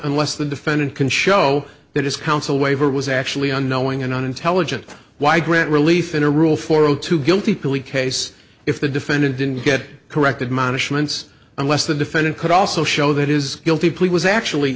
unless the defendant can show that his counsel waiver was actually unknowing and unintelligent why grant relief in a rule for zero two guilty plea case if the defendant didn't get corrected management's unless the defendant could also show that is guilty plea was actually